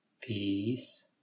Peace